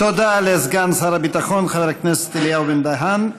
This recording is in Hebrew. תודה לסגן שר הביטחון חבר הכנסת אליהו בן-דהן.